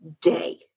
day